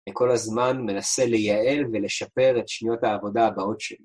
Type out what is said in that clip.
אני כל הזמן מנסה לייעל ולשפר את שניות העבודה הבאות שלי.